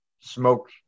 smoke